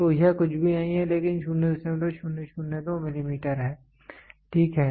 तो यह कुछ भी नहीं है लेकिन 0002 मिलीमीटर है ठीक है